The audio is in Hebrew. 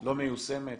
לא מיושמת.